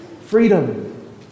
freedom